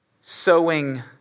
sowing